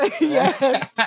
yes